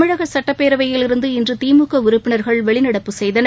தமிழக சட்டப்பேரவையில் இருந்து இன்று திமுக உறுப்பினர்கள் வெளிநடப்பு செய்தனர்